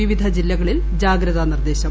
വിവിധ ജില്ലകളിൽ ജാഗ്രതാ നിർദ്ദേശം